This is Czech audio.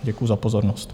Děkuji za pozornost.